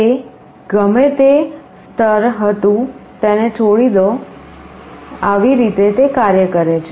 તે ગમે તે સ્તર હતું તેને છોડી દો આવી રીતે તે કાર્ય કરે છે